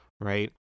Right